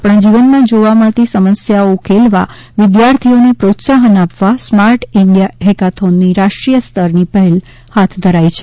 આપણા જીવનમાં જોવા મળતી સમસ્યાઓ ઉકેલવા વિદ્યાર્થીઓને પ્રોત્સાહન આપવા સ્માર્ટ ઇન્ડિયા હેકાથોનની રાષ્ટ્રીય સ્તરની પહેલ હાથ ધરાઈ છે